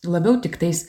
labiau tiktais